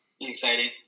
exciting